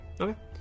Okay